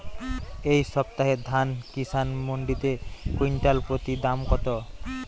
এই সপ্তাহে ধান কিষান মন্ডিতে কুইন্টাল প্রতি দাম কত?